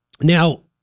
Now